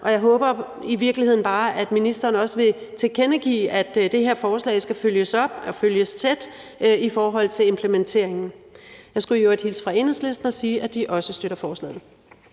og jeg håber i virkeligheden bare, at ministeren også vil tilkendegive, at det her forslag skal følges op og følges tæt i forhold til implementeringen. Jeg skulle i øvrigt hilse fra Enhedslisten og sige, at de også støtter forslaget.